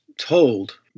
told